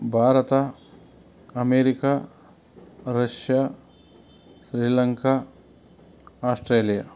Bharat America Russia Sri Lanka Australia